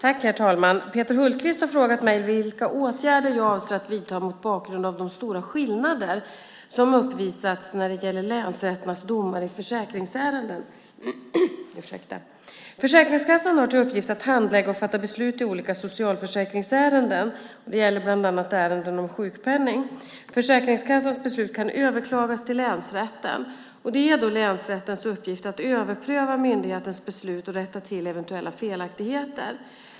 Herr talman! Peter Hultqvist har frågat mig vilka åtgärder jag avser att vidta mot bakgrund av de stora skillnader som uppvisats när det gäller länsrätternas domar i försäkringsärenden. Försäkringskassan har till uppgift att handlägga och fatta beslut i olika socialförsäkringsärenden. Det gäller bland annat ärenden om sjukpenning. Försäkringskassans beslut kan överklagas till länsrätten. Det är då länsrättens uppgift att överpröva myndighetens beslut och att rätta till eventuella felaktigheter.